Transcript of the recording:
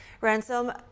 Ransom